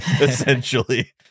Essentially